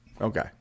Okay